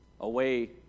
away